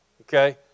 okay